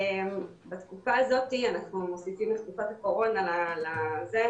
בתקופה הזו אנחנו מוסיפים את תקופת הקורונה לזה,